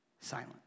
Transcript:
silent